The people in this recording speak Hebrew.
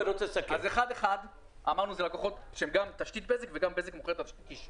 אמרנו ש-1.1 מיליון אלה לקוחות שהם גם תשתית בזק וגם בזק מוכרת ישירות.